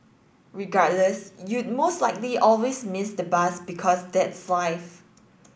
regardless you'd most likely always miss the bus because that's life